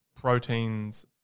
Proteins